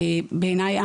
בעיניי,